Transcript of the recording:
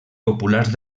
populars